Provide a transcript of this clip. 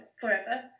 forever